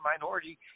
minority